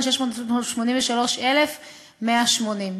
ו-683,180 שקל.